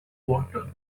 water